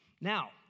Now